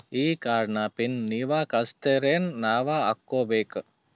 ಈ ಕಾರ್ಡ್ ನ ಪಿನ್ ನೀವ ಕಳಸ್ತಿರೇನ ನಾವಾ ಹಾಕ್ಕೊ ಬೇಕು?